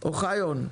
אוחיון,